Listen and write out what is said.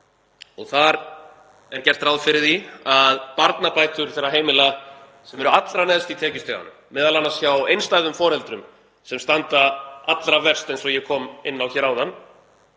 Þar er gert ráð fyrir því að barnabætur þeirra heimila sem eru allra neðst í tekjustiganum, m.a. hjá einstæðum foreldrum sem standa allra verst, eins og ég kom inn á hér áðan,